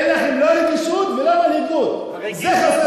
אין לכם לא רגישות ולא מנהיגות, זה חסר לכם.